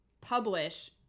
publish